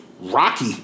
Rocky